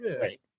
Right